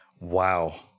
Wow